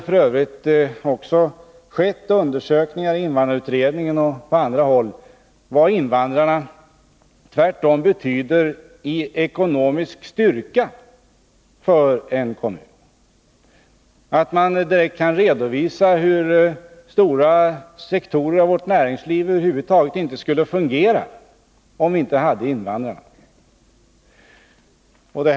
Det har f. ö. också skett undersökningar — jag tänker bl.a. på invandrarutredningen — av vad invandrarna i stället betyder i ekonomisk styrka för en kommun. Man kan direkt påvisa att stora sektorer av vårt näringsliv över huvud taget inte skulle fungera om vi inte hade invandrarna.